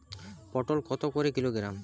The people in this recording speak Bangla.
পটল কত করে কিলোগ্রাম?